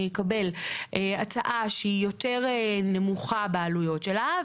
אקבל הצעה שהיא יותר נמוכה בעלויות שלה,